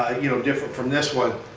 ah you know, different from this one.